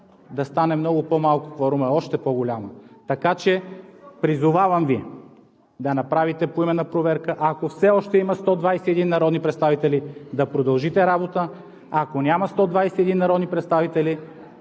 да стане много по-малко е още по-голяма. Призовавам Ви да направите поименна проверка. Ако все още има 121 народни представители, да продължите работа. Ако няма 121 народни представители